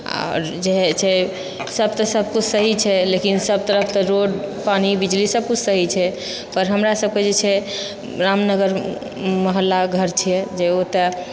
आओर जे होइत छै सबके सब किछु सही छै लेकिन सब तरहके रोड पानी बिजली सब किछु सही छै पर हमरा सबके जे छै रामनगर मोहल्ला घर छै जे ओतऽ